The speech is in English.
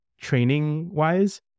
training-wise